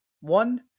One